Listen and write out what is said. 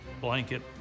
blanket